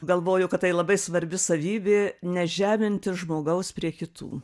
galvoju kad tai labai svarbi savybė nežeminti žmogaus prie kitų